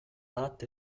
pat